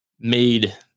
made